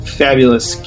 fabulous